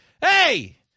hey